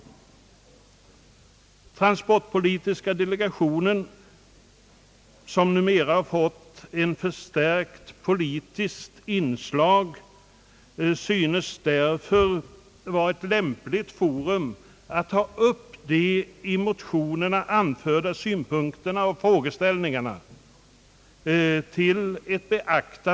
Transportpolitiska delegationen, som numera fått ett förstärkt politiskt inslag, synes därför var ett lämpligt forum att ta upp de i motionerna anförda synpunkterna och frågeställningarna.